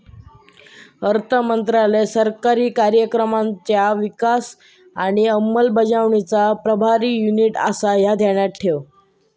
अर्थमंत्रालय सरकारी कार्यक्रमांचो विकास आणि अंमलबजावणीचा प्रभारी युनिट आसा, ह्या ध्यानात ठेव